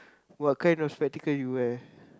what kind of spectacle you wear